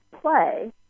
play